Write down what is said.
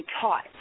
taught